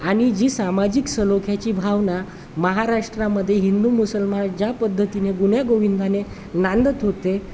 आणि जी सामाजिक सलोख्याची भावना महाराष्ट्रामध्ये हिंदू मुसलमान ज्या पद्धतीने गुण्यागोविंदाने नांदत होते